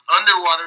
underwater